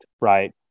right